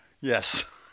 Yes